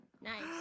Nice